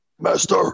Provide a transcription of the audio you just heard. Master